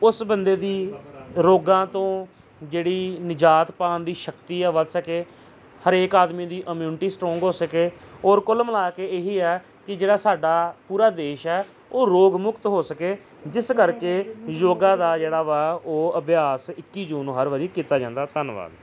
ਉਸ ਬੰਦੇ ਦੀ ਰੋਗਾਂ ਤੋਂ ਜਿਹੜੀ ਨਿਜਾਤ ਪਾਉਣ ਦੀ ਸ਼ਕਤੀ ਆ ਵੱਧ ਸਕੇ ਹਰੇਕ ਆਦਮੀ ਦੀ ਇਮਿਊਨਿਟੀ ਸਟਰੋਂਗ ਹੋ ਸਕੇ ਔਰ ਕੁੱਲ ਮਿਲਾ ਕੇ ਇਹੀ ਹੈ ਕਿ ਜਿਹੜਾ ਸਾਡਾ ਪੂਰਾ ਦੇਸ਼ ਹੈ ਉਹ ਰੋਗ ਮੁਕਤ ਹੋ ਸਕੇ ਜਿਸ ਕਰਕੇ ਯੋਗਾ ਦਾ ਜਿਹੜਾ ਵਾ ਉਹ ਅਭਿਆਸ ਇੱਕੀ ਜੂਨ ਨੂੰ ਹਰ ਵਾਰੀ ਕੀਤਾ ਜਾਂਦਾ ਧੰਨਵਾਦ